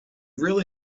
really